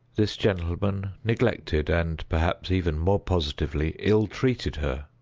this gentleman neglected, and, perhaps, even more positively ill-treated her.